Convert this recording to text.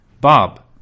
Bob